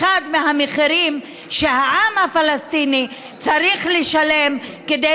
אחד המחירים שהעם הפלסטיני צריך לשלם כדי